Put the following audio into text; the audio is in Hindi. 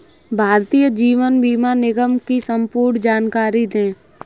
भारतीय जीवन बीमा निगम की संपूर्ण जानकारी दें?